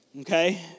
Okay